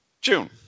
June